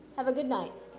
have a good night.